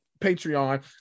patreon